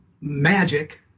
Magic